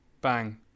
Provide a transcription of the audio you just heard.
Bang